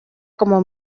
como